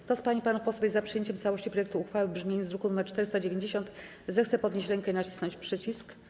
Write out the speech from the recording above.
Kto z pań i panów posłów jest za przyjęciem w całości projektu uchwały w brzmieniu z druku nr 490, zechce podnieść rękę i nacisnąć przycisk.